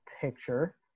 picture